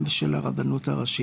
ושל הרבנות הראשית.